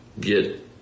get